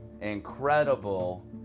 incredible